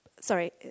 Sorry